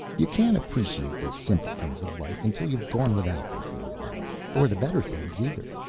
you can't appreciate the simple things of life until you have gone without them for a while. or the better things either.